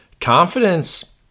confidence